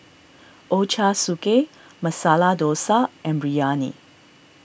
Ochazuke Masala Dosa and Biryani